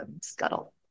Scuttle